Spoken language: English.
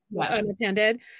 unattended